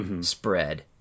spread